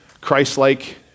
Christ-like